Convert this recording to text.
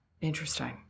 Interesting